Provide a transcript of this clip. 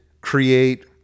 create